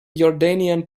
jordanian